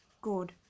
Good